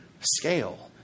scale